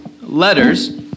letters